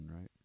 right